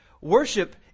Worship